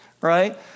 right